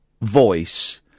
voice